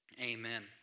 Amen